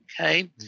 okay